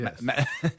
Yes